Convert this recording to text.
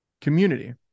community